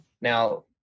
now